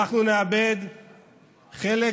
אנחנו נאבד חלק